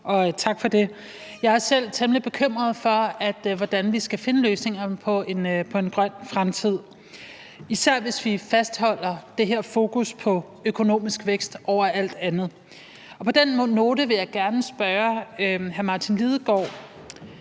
tak for det. Jeg er selv temmelig bekymret for, hvordan vi skal finde løsningerne på en grøn fremtid, især hvis vi fastholder det her fokus på økonomisk vækst over alt andet. Og på den note vil jeg gerne spørge hr. Martin Lidegaard